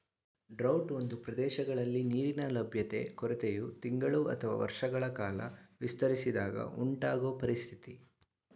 drought ಒಂದು ಪ್ರದೇಶದಲ್ಲಿ ನೀರಿನ ಲಭ್ಯತೆ ಕೊರತೆಯು ತಿಂಗಳು ಅಥವಾ ವರ್ಷಗಳ ಕಾಲ ವಿಸ್ತರಿಸಿದಾಗ ಉಂಟಾಗೊ ಪರಿಸ್ಥಿತಿ